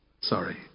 Sorry